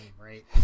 right